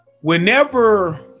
Whenever